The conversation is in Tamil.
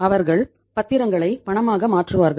அவர்கள் பத்திரங்களை பணமாக மாற்றுவார்கள்